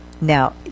Now